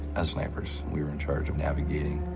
as snipers, we were in charge of navigating,